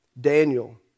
Daniel